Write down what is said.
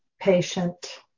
patient